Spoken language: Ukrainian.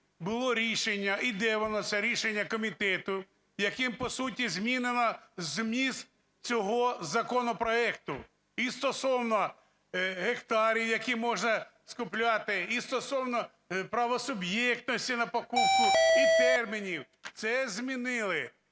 було рішення, і де воно це рішення комітету, яким по суті змінено зміст цього законопроекту? І стосовно гектарів, які можна скупляти, і стосовно правосуб'єктності на покупку, і термінів. Це змінили